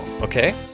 Okay